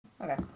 Okay